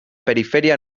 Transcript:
periferia